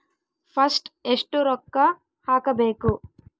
First ಎಷ್ಟು ರೊಕ್ಕ ಹಾಕಬೇಕು?